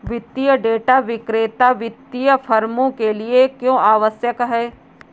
वित्तीय डेटा विक्रेता वित्तीय फर्मों के लिए क्यों आवश्यक है?